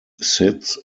sits